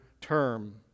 term